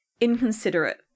inconsiderate